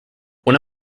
una